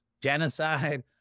genocide